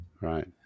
Right